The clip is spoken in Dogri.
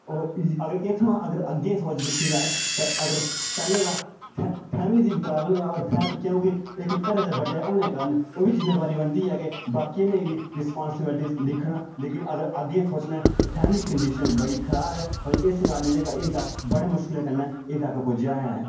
होर अगर इ'त्थूआं अगर अग्गें सोच दिक्खी जाये ते अगर पैहलें दी फैमली दी बी प्रॉब्लम ऐ क्योंकि इक घरै दे बड्डे होने कारण ओह् बी जिम्मेबारी बनदी ऐ बाकी आह्लें बी रिस्पांसिबिलिटी दिक्खना लेकिन अगर अग्गें सोचना फैमली कंडीशन बड़ी खराब ऐ होर इस कारण जेह्का इं'दा जेह्का बड़ी मुश्कलें कन्नै इ'त्थें तक पुज्जेआ ऐ